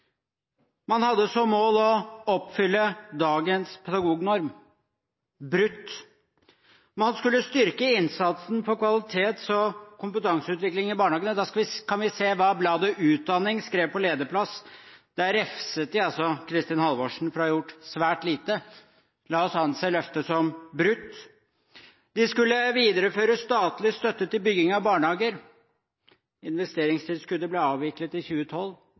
Man hadde som mål å oppfylle dagens pedagognorm – brutt. Man skulle styrke innsatsen for kvalitets- og kompetanseutviklingen i barnehagene – da kan vi se hva bladet Utdanning skrev på lederplass: De refset Kristin Halvorsen for å ha gjort svært lite. La oss anse løftet som brutt. De skulle videreføre statlig støtte til bygging av barnehager – investeringstilskuddet ble avviklet i 2012.